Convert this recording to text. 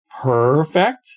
perfect